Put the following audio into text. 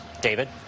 David